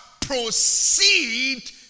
proceed